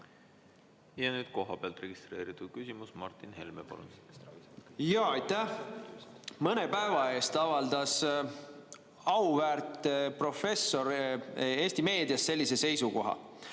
Ja nüüd kohapealt registreeritud küsimus, Martin Helme, palun! Aitäh! Mõne päeva eest avaldas üks auväärt professor Eesti meedias sellise seisukoha,